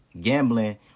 Gambling